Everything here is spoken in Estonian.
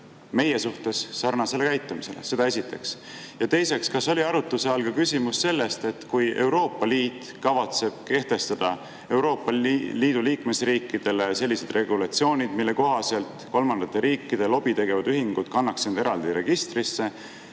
meie suhtes sarnasele käitumisele? Seda esiteks. Ja teiseks: kas oli arutluse all ka küsimus, et kui Euroopa Liit kavatseb kehtestada Euroopa Liidu liikmesriikidele regulatsioonid, mille kohaselt kolmandate riikide lobi tegevad ühingud kannaks end eraldi registrisse,